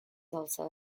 also